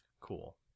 Cool